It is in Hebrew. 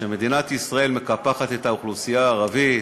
שמדינת ישראל מקפחת את האוכלוסייה הערבית,